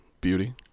beauty